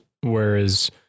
whereas